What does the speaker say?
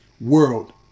World